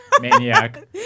maniac